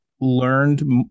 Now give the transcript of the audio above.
learned